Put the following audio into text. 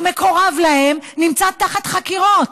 המקורב להם, נמצא תחת חקירות.